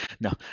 No